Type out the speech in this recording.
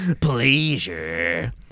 Pleasure